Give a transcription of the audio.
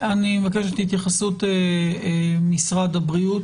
אני מבקש את התייחסות משרד הבריאות.